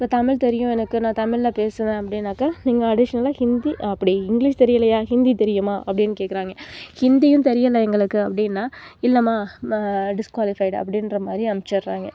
இப்போ தமிழ் தெரியும் எனக்கு நான் தமிழ்ல பேசுவேன் அப்படின்னாக்கா நீங்கள் அடிஷ்னலா ஹிந்தி அப்படி இங்கிலிஷ் தெரியலையா ஹிந்தி தெரியுமா அப்படின்னு கேட்குறாய்ங்க ஹிந்தியும் தெரியலை எங்களுக்கு அப்படின்னா இல்லம்மா டிஸ்குவாலிஃபைட் அப்படின்ற மாதிரி அனுப்பிச்சிடுறாங்க